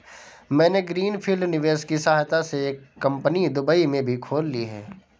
मैंने green field निवेश की सहायता से एक कंपनी दुबई में भी खोल ली है